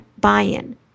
buy-in